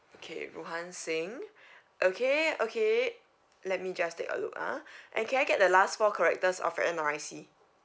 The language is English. okay rohan singh okay okay let me just take a look ah and can get the last four characters of your N_R_I_C